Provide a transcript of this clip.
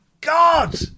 God